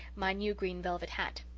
my new green velvet hat.